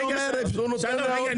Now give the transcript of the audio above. רגע,